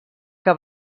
que